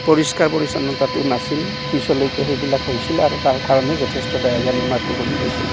পৰিষ্কাৰ পৰিচ্ছন্নতাটো নাছিল পিছলৈকে সেইবিলাক হৈছিল আৰু তাৰকাৰণে যথেষ্ট ডায়েৰীয়া বেমাৰটো কমি গৈছিল